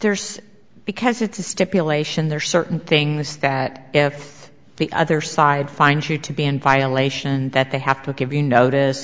there's because it's a stipulation there are certain things that if the other side finds you to be in violation that they have to give you notice